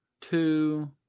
two